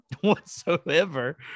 whatsoever